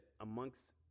amongst